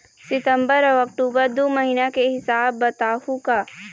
सितंबर अऊ अक्टूबर दू महीना के हिसाब बताहुं का?